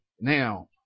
Now